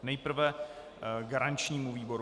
Nejprve garančnímu výboru.